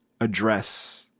address